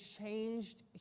changed